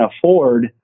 afford